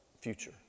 future